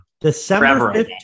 December